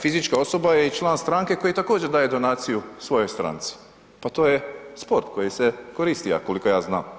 Fizička osoba je i član stranke koji također daje donaciju svojoj stranci, pa to je sport koji se koristi a koliko ja znam.